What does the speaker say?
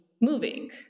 moving